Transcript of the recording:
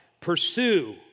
pursue